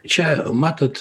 čia matot